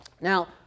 Now